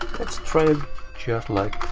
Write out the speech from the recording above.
let's try and just like